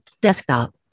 desktop